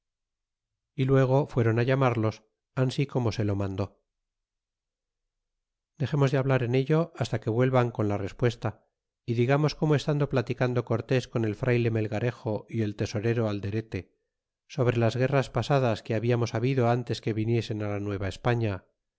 y luego fueron llamarlos ansi como se lo mandó dexemos de hablar en ello hasta que vuelvan con la respuesta y digamos como estando platicando cortés con el frayle melgarejo y el tesorero alderete sobre las guerras pasadas que hablamos habido ntes que viniesen la